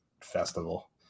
festival